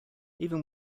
even